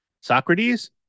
Socrates